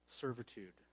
servitude